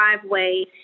driveway